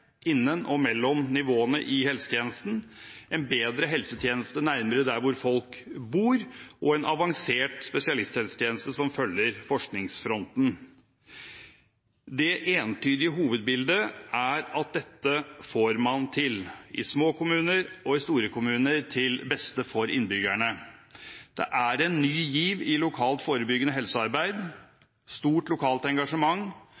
innen og mellom nivåene i helsetjenesten, en bedre helsetjeneste nærmere der hvor folk bor, og en avansert spesialisthelsetjeneste som følger forskningsfronten. Det entydige hovedbildet er at dette får man til, i små kommuner og i store kommuner, til beste for innbyggerne. Det er en ny giv i lokalt forebyggende helsearbeid og stort lokalt engasjement.